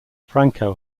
franco